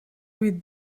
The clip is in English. with